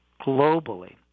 globally